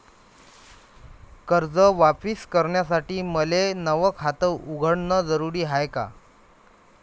कर्ज वापिस करासाठी मले नव खात उघडन जरुरी हाय का?